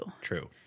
True